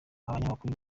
banyamakuru